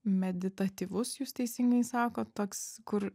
meditatyvus jūs teisingai sakot toks kur